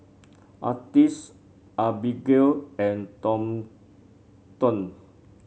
Artis Abigale and Thornton